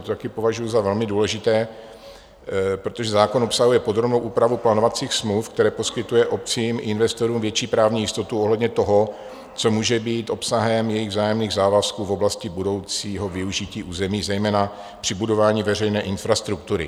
To také považuji za velmi důležité, protože zákon obsahuje podrobnou úpravu plánovacích smluv, která poskytuje obcím a investorům větší jistotu ohledně toho, co může být obsahem jejich vzájemných závazků v oblasti budoucího využití území, zejména při budování veřejné infrastruktury.